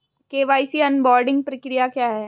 KYC onboarding प्रक्रिया क्या है?